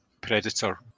Predator